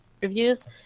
reviews